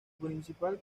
principal